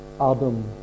Adam